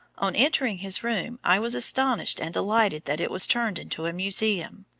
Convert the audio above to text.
on entering his room, i was astonished and delighted that it was turned into a museum.